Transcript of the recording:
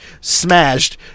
smashed